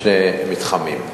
בשני מתחמים.